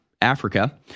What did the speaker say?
Africa